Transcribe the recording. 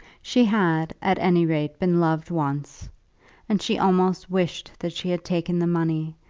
she had, at any rate, been loved once and she almost wished that she had taken the money,